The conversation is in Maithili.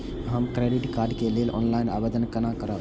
हम क्रेडिट कार्ड के लेल ऑनलाइन आवेदन केना करब?